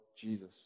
Jesus